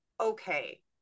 okay